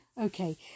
okay